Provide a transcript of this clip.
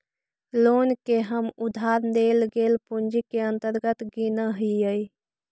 loan के हम उधार लेल गेल पूंजी के अंतर्गत गिनऽ हियई